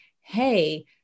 hey